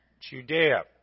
Judea